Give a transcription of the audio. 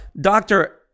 doctor